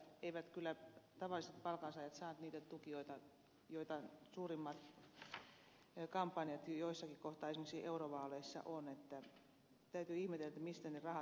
eivät kyllä tavalliset palkansaajat saa niitä tukijoita joita suurimmissa kampanjoissa jo joissakin kohtaa esimerkiksi eurovaaleissa on niin että täytyy ihmetellä mistä ne rahat löytyvät